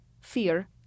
fear